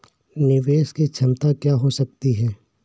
निवेश की क्षमता क्या हो सकती है?